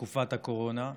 בתקופת הקורונה,